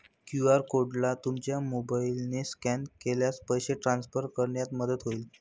QR कोडला तुमच्या मोबाईलने स्कॅन केल्यास पैसे ट्रान्सफर करण्यात मदत होईल